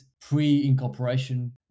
pre-incorporation